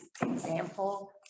example